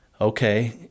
okay